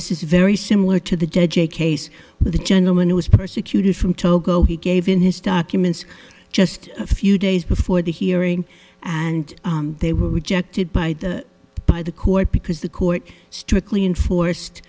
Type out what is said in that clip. this is very similar to the judge a case where the gentleman who was persecuted from togo he gave in his documents just a few days before the hearing and they were rejected by the by the court because the court strictly enforced